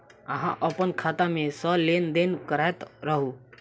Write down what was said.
अहाँ अप्पन खाता मे सँ लेन देन करैत रहू?